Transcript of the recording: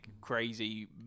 crazy